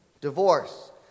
divorce